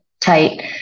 tight